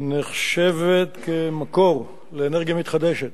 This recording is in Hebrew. נחשבת למקור לאנרגיה מתחדשת,